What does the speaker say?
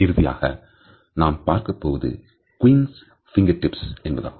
இறுதியாக நாம் பார்க்கப்போவது queens fingertips என்பதாகும்